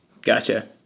Gotcha